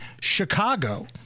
Chicago